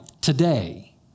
today